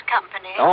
Company